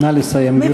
נא לסיים, גברתי.